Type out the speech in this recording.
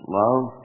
love